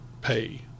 pay